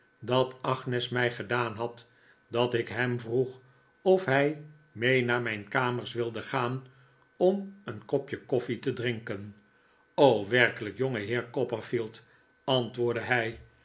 dat agnes mij gedaan had dat ik hem vroeg of hij mee naar mijn kamers wilde gaan om een kopje koffie te drinken werkelijk jongeheer copperfield antwoordde hij